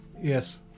Yes